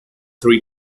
three